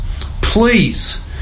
please